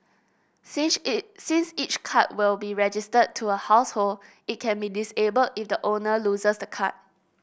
since each since each card will be registered to a household it can be disabled if the owner loses the card